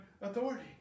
authority